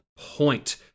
point